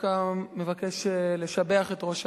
דווקא מבקש לשבח את ראש הממשלה.